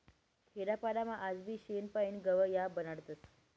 खेडापाडामा आजबी शेण पायीन गव या बनाडतस